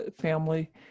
family